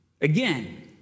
again